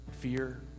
fear